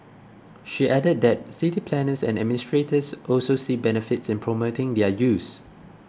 she added that city planners and administrators also see benefits in promoting their use